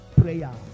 Prayer